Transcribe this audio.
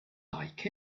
like